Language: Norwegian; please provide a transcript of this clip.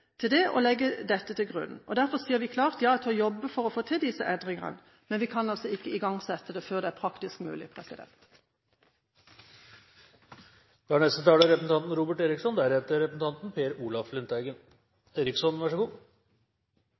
det og legge dette til grunn. Derfor sier vi klart ja til å jobbe for å få til disse endringene, men vi kan altså ikke igangsette dem før det er praktisk mulig. Det er